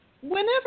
whenever